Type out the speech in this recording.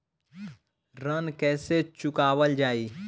ऋण कैसे चुकावल जाई?